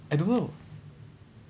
I don't know